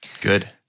Good